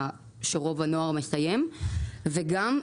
כשרוב הנוער מסיים ללמוד.